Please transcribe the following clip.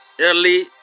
early